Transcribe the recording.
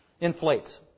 inflates